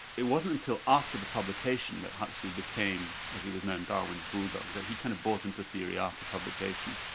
it wasn't until after the publication that huxley became, as he was known, darwin's bulldog, that he kind of bought into the theory after publication,